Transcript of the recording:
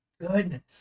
goodness